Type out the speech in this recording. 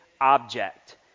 object